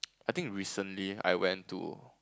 I think recently I went to